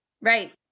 right